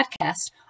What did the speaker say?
podcast